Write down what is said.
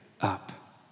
up